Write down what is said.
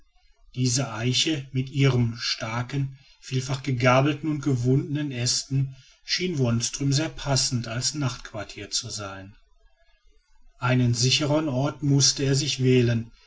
diese eiche mit ihrem starken vielfach gegabelten und gewundenen ästen schien wonström sehr passend als nachtquartier zu sein einen sicheren ort mußte er sich wählen